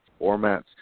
formats